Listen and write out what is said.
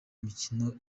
imikino